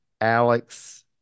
Alex